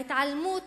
ההתעלמות